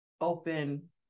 open